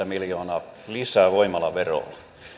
miljoonaa lisää voimalaveroon